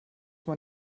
man